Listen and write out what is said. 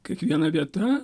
kiekviena vieta